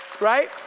Right